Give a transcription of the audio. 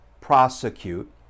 prosecute